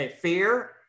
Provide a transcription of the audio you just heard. Fear